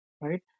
right